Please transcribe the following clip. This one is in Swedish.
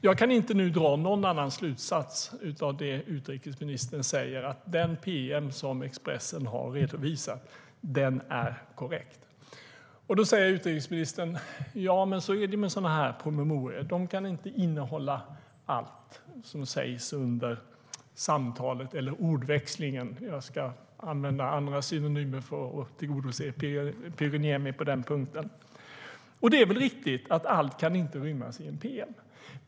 Jag kan inte dra någon annan slutsats av det utrikesministern säger än att det pm som Expressen har redovisat är korrekt. Då säger utrikesministern: Ja, men så är det med sådana här promemorior. De kan inte innehålla allt som sägs under samtalet - eller ordväxlingen. Jag ska använda andra synonymer för att tillmötesgå Pyry Niemi på den punkten. Det är väl riktigt att allt inte kan rymmas i ett pm.